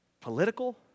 political